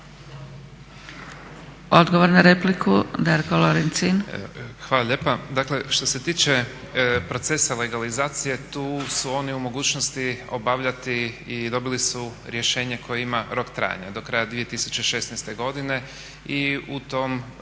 **Lorencin, Darko (IDS)** Hvala lijepa. Dakle, što se tiče procesa legalizacije tu su oni u mogućnosti obavljati i dobili su rješenje koje ima rok trajanja, do kraja 2016. godine. I u tom